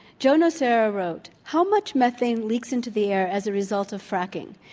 joe nocera wrote, how much methane leaks into the air as a result of fracking?